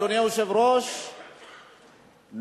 אדוני היושב-ראש,